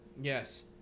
Yes